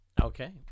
Okay